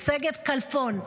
שגב כלפון,